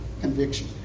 conviction